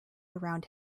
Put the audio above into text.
around